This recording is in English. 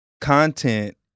content